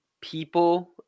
people